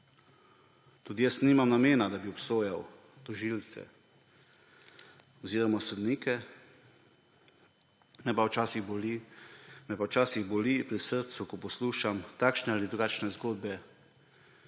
Tudi jaz nimam namena, da bi obsojal tožilce oziroma sodnike, me pa včasih boli pri srcu, ko poslušam takšne ali drugačne zgodbe,